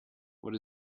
what